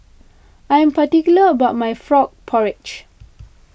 I am particular about my Frog Porridge